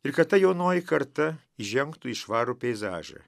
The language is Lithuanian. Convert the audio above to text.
ir kad ta jaunoji karta žengtų į švarų peizažą